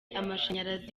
amashanyarazi